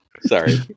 Sorry